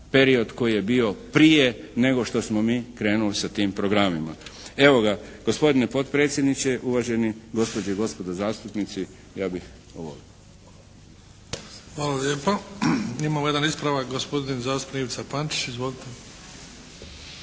period koji je bio prije nego što smo mi krenuli sa tim programima. Evo ga, gospodine potpredsjedniče, uvaženi gospođe i gospodo zastupnici ja bih ovo. **Bebić, Luka (HDZ)** Hvala lijepa. Imamo jedan ispravak. Gospodin zastupnik Ivica Pančić. Izvolite.